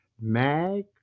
Mag